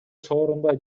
сооронбай